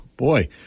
Boy